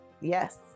Yes